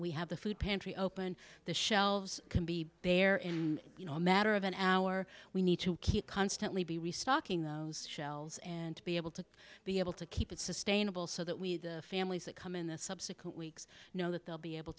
we have the food pantry open the shelves can be there and you know a matter of an hour we need to keep constantly be restocking those shelves and to be able to be able to keep it sustainable so that we the families that come in the subsequent weeks know that they'll be able